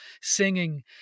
singing